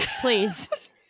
please